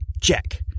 Check